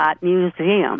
Museum